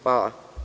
Hvala.